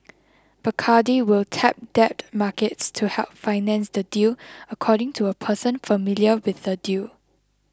Bacardi will tap debt markets to help finance the deal according to a person familiar with the deal